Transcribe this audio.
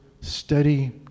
steady